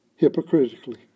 hypocritically